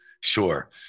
sure